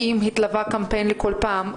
האם התלווה קמפיין בכל פעם?